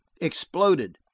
exploded